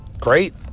great